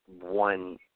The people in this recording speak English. one